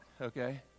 okay